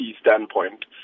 standpoint